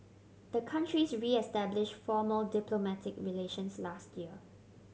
the countries reestablished formal diplomatic relations last year